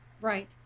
Right